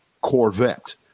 Corvette